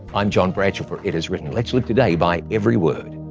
i'm john bradshaw for it is written. let's live today by every word.